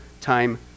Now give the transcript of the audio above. time